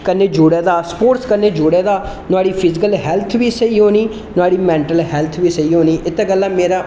कन्नै जुड़े दा स्पोर्ट्स कन्नै जुड़े दा नुआढ़ी फिजिकल हैल्थ बी स्हेई होनी नुआढ़ी मेंटली हैल्थ बी स्हेई होनी इत्तै गल्ला मेरा